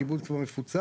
הקיבוץ כבר מפוצץ